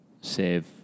save